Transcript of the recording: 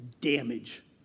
damage